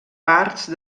parts